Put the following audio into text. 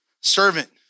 Servant